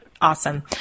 Awesome